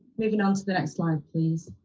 moving on to the next slide, please.